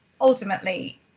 ultimately